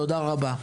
תודה רבה.